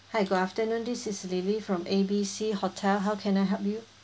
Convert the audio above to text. hi good afternoon this is lily from A B C hotel how can I help you